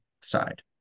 side